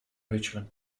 richmond